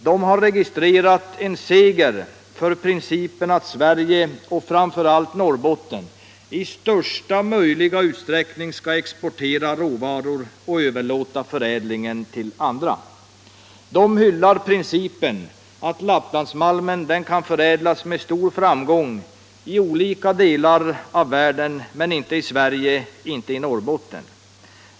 De har registrerat en seger för principen att Sverige och framför allt Norrbotten i största möjliga utsträckning skall exportera råvaror och överlåta förädlingen till andra. De hyllar principen att Lapplandsmalmen kan förädlas med stor framgång i olika delar av världen men inte i Sverige, inte i Norrbotten.